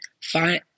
fine